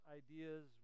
ideas